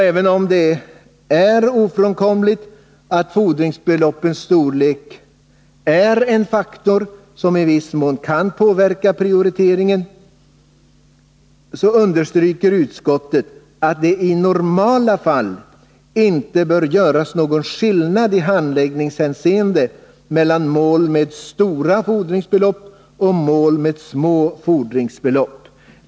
Även om det är ofrånkomligt att fordringsbeloppens storlek i viss mån kan påverka prioriteringen, så understryker utskottet att det i normala fall inte bör göras någon skillnad i handläggningshänseende mellan mål med stora fordringsbelopp och mål med små fordringsbelopp.